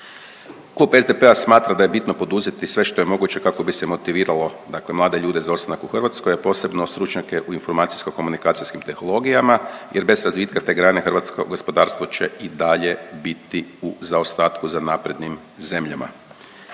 Klub SDP-a smatra da je bitno poduzeti sve što je moguće kako bi se motiviralo dakle mlade ljude za ostanak u Hrvatskoj, a posebno stručnjake u informacijsko-komunikacijskim tehnologijama jer bez razvitka te grane hrvatsko gospodarstvo će i dalje biti u zaostatku za naprednim zemljama.